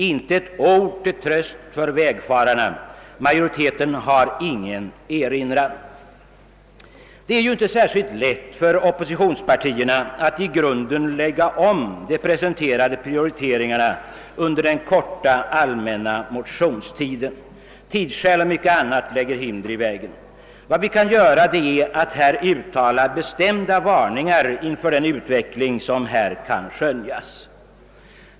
Inte ett ord till tröst för vägfararna. Majoriteten har ingen erinran att göra mot regeringens förslag. Det är ju inte särskilt lätt för oppositionspartierna att i grunden lägga om de presenterade prioriteringarna under den korta allmänna motionstiden. Tidsskäl och mycket annat lägger hinder i vägen. Vad vi kan göra är att uttala bestämda varningar inför den utveckling som här kan skönjas.